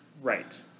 Right